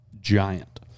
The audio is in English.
giant